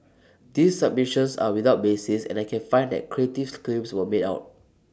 these submissions are without basis and I cab find that creative's claims were made out